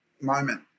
moment